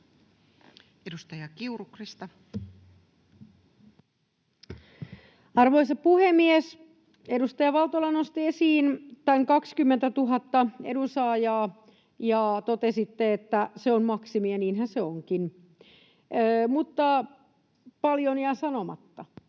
Arvoisa puhemies! Edustaja Valtola nosti esiin tämän 20 000 edunsaajaa, ja totesitte, että se on maksimi, ja niinhän se onkin, mutta paljon jää sanomatta.